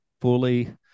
fully